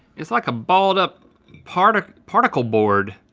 it's like a balled up particle particle board.